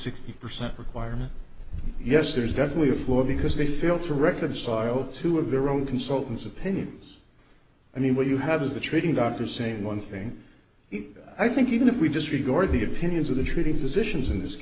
sixty percent requirement yes there's definitely a floor because they fail to reconcile two of their own consultants opinions i mean what you have is the trading doctor saying one thing i think even if we disregard the opinions of the shooting physicians in this